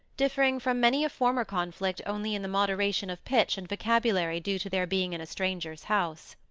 differing from many a former conflict only in the moderation of pitch and vocabulary due to their being in a stranger's house.